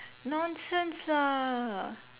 nonsense ah